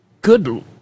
Good